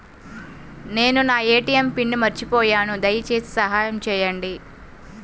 నేను నా ATM pin మర్చిపోయాను దయచేసి సహాయం చేయండి